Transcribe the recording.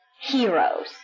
heroes